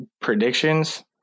predictions